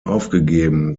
aufgegeben